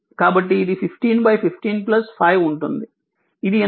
కాబట్టి ఇది 15 15 5 ఉంటుంది